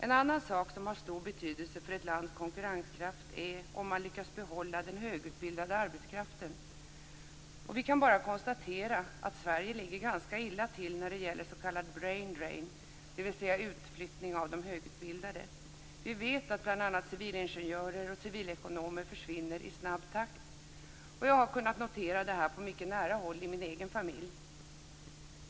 En annan sak som har stor betydelse för ett lands konkurrenskraft är om man lyckas behålla den högutbildade arbetskraften. Vi kan bara konstatera att Sverige ligger ganska illa till när det gäller s.k. braindrain, dvs. utflyttning av högutbildade. Vi vet att bl.a. civilingenjörer och civilekonomer försvinner i snabb takt, och jag har kunnat notera detta på nära håll i min egen familj.